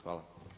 Hvala.